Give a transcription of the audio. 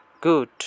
good